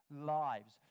lives